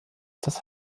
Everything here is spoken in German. das